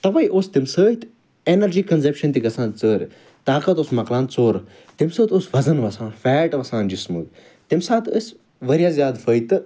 تؤے اوس تَمہِ سۭتۍ ایٚنَرجی کَنزَمپشَن تہِ گَژھان ژٔر طاقت اوس مۄکلان ژوٚر تَمہِ سۭتۍ اوس وَزَن وَسان فیٹ وَسان جسمُک تَمہِ ساتہٕ ٲسۍ واریاہ زیادٕ فٲیدٕ تہٕ